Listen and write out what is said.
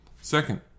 Second